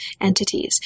entities